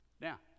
Now